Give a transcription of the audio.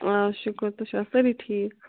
آ شُکُر تُہۍ چھُوا سٲری ٹھیٖک